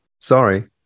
Sorry